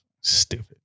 stupid